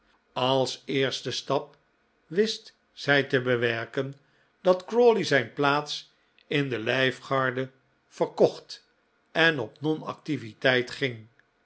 als eerste stap wist zij te bewerken dat crawley zijn plaats in de lijfgarde verkocht en op non activiteit ging